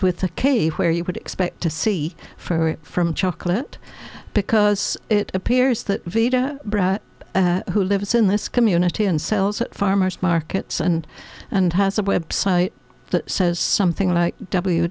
with a k where you would expect to see for it from chocolate because it appears that veda who lives in this community and sells at farmers markets and and has a website that says something like w